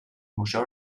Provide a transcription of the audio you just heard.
museu